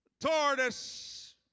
Tortoise